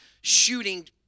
shooting